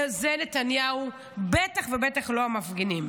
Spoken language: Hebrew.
זה נתניהו, בטח ובטח לא המפגינים.